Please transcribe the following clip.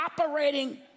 Operating